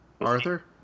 Arthur